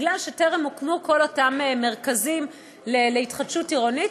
כי טרם הוקמו כל אותם מרכזים להתחדשות עירונית.